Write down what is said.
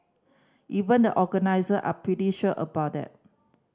even the organiser are pretty sure about that